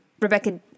rebecca